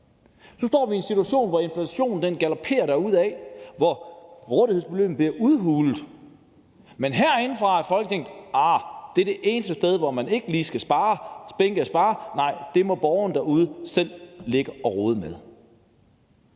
Så står vi i en situation, hvor inflationen galopperer derudad, hvor rådighedsbeløbene bliver udhulet, men herinde i Folketinget er det eneste sted, hvor man ikke lige skal spinke og spare, nej, det må borgerne derude selv ligge og rode med.